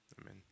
Amen